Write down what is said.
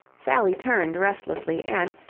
sally turned restlessly, and,